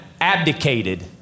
abdicated